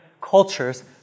cultures